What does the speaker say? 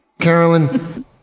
Carolyn